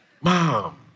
mom